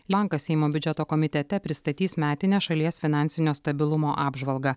bankas seimo biudžeto komitete pristatys metinę šalies finansinio stabilumo apžvalgą